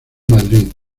madrid